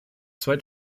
zwei